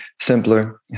simpler